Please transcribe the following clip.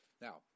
Now